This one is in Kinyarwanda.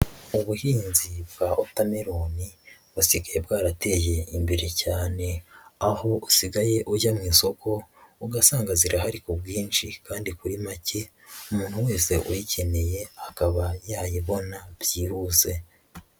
Ubuhinzi bwa wotameroni busigaye bwarateye imbere cyane aho usigaye ujya mu isoko ugasanga zirahari ku bwinshi kandi kuri make umuntu wese uyikeneye akaba yayibona byihuse.